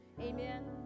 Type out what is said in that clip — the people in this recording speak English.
Amen